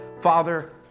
Father